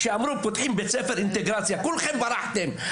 כולכם ברחתם.